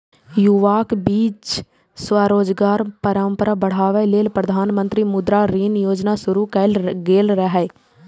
युवाक बीच स्वरोजगारक परंपरा बढ़ाबै लेल प्रधानमंत्री मुद्रा ऋण योजना शुरू कैल गेल रहै